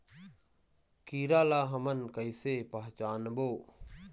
कीरा ला हमन कइसे पहचानबो?